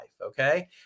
Okay